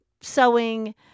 sewing